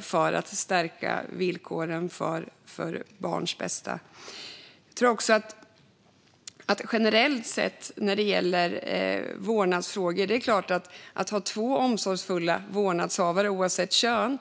för att stärka villkoren för barns bästa. Generellt sett när det gäller vårdnadsfrågor är självklart det bästa för alla barn att ha två omsorgsfulla vårdnadshavare oavsett kön.